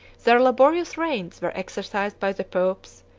their laborious reigns were exercised by the popes,